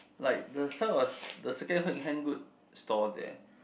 like the so it was the second hand good store there